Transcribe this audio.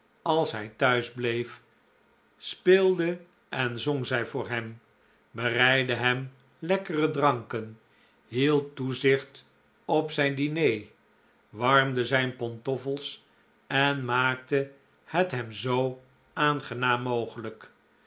als hij thuis bleef speelde en zong zij voor hem bereidde hem lekkere dranken hield toezicht op zijn diner warmde zijn pantoffels en maakte het hem zoo aangenaam mogelijk